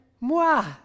moi